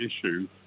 issue